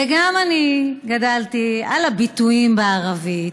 וגם אני גדלתי על הביטויים בערבית,